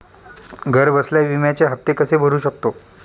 घरबसल्या विम्याचे हफ्ते कसे भरू शकतो?